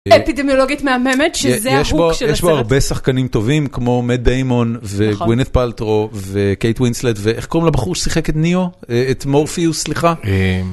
אפידמיולוגית מהממת, שזה ההוג של הסרט. יש בו הרבה שחקנים טובים, כמו מט דיימון, וגוינט פלטרו, וקייט ווינסלט, ואיך קוראים לבחור ששיחק את ניו? את מורפיוס, סליחה.